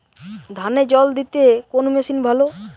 ধানে জল দিতে কোন মেশিন ভালো?